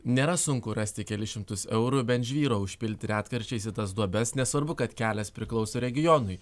nėra sunku rasti kelis šimtus eurų bent žvyro užpilti retkarčiais į tas duobes nesvarbu kad kelias priklauso regionui